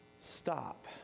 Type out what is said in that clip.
stop